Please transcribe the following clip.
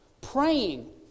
Praying